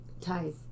Ties